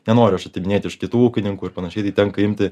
nenoriu aš atiminėti iš kitų ūkininkų ir panašiai tai tenka imti